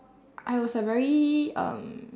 I was a very um